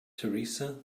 teresa